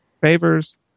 favors